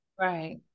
right